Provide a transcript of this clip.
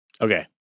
Okay